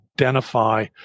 identify